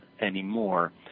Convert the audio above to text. anymore